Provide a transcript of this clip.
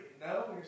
No